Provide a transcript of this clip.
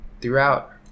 throughout